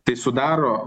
tai sudaro